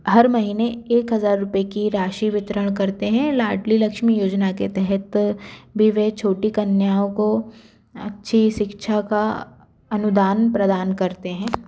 हर महीने एक हज़ार रुपये की राशि वितरण करते हैं लाडली लक्ष्मी योजना के तहत भी वे छोटी कन्याओं को अच्छी सिक्षा का अनुदान प्रदान करते हैं